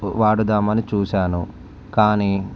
వాడుదామని చూసాను కానీ